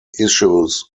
issues